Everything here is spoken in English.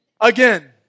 Again